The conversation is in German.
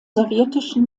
sowjetischen